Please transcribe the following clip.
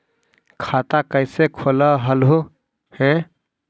खाता कैसे खोलैलहू हे?